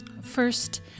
First